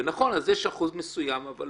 נכון, יש אחוז מסוים, אבל